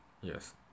yes